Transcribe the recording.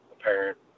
apparent